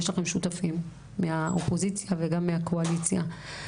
יש לכם שותפים מהאופוזיציה וגם מהקואליציה.